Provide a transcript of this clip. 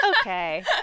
Okay